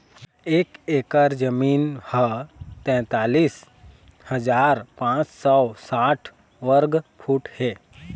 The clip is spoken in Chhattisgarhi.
एक एकर जमीन ह तैंतालिस हजार पांच सौ साठ वर्ग फुट हे